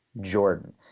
Jordan